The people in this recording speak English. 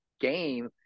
game